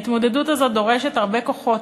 ההתמודדות הזאת דורשת הרבה כוחות,